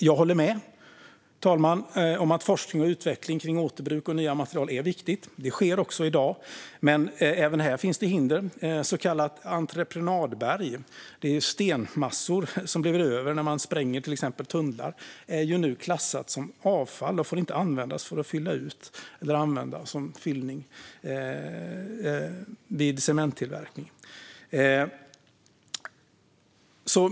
Jag håller med om att det är viktigt med forskning och utveckling när det gäller återbruk och nya material. Det sker också i dag. Men även här finns det hinder. Så kallat entreprenadberg, stenmassor som blir över när man spränger till exempel tunnlar, är nu klassat som avfall och får inte användas som fyllning vid cementtillverkning.